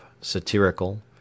satirical